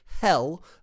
hell